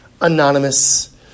anonymous